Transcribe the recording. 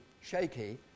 shaky